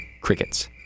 crickets